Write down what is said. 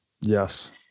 yes